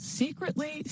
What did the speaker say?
secretly